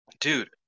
Dude